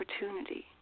opportunity